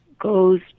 goes